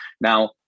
Now